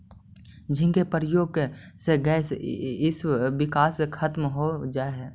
झींगी के प्रयोग से गैस इसब विकार खत्म हो जा हई